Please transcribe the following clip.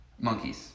monkeys